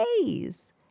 days